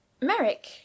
Merrick